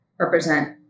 represent